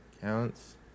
counts